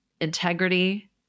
integrity